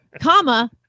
comma